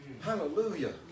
Hallelujah